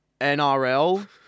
NRL